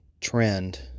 trend